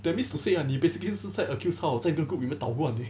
that means to say ah 你 basically 是在 accused 他 hor 在那个 group 捣乱 eh